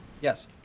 Yes